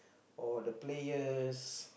or the players